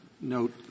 note